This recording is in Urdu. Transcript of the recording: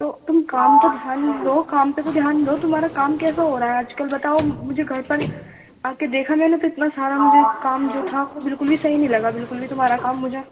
تو تم کام تو دھیان دو کام پہ تو دھیان دو تمہارا کام کیسا ہو رہا ہے آج کل بتاؤ مجھے گھر پر جا کے دیکھا میں نے تو اتنا سارا مجھے کام جو تھا وہ بالکل بھی صحیح نہیں لگا بالکل بھی تمہارا کام مجھے